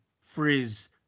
Frizz